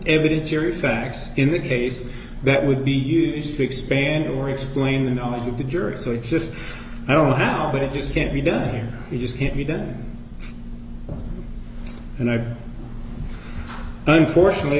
evidence here effects in the case that would be used to expand or explain the knowledge of the jury so i just i don't know how but it just can't be done here we just can't be done and there unfortunately